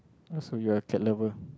uh so you're a cat lover